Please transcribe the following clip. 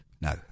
No